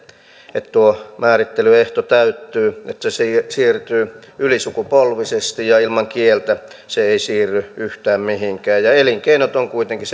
että tuo määrittelyehto täyttyy että se siirtyy ylisukupolvisesti ja ilman kieltä se ei siirry yhtään mihinkään ja elinkeinot ovat kuitenkin